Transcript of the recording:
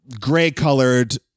gray-colored